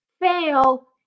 fail